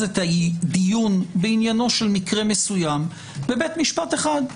את הדיון בעניינו של מקרה מסוים בבית משפט אחד.